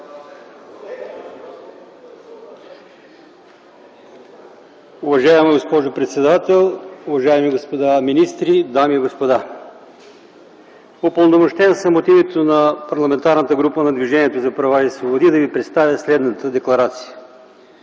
Уважаема госпожо председател, уважаеми господа министри, дами и господа! Упълномощен съм от името на Парламентарната група на Движението за права и свободи да ви представя следната декларация.